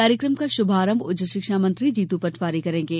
कार्यक्रम का शुभारंभ उच्च शिक्षा मंत्री जीतू पटवारी करेंगे